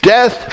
Death